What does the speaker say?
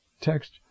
text